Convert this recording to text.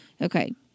Okay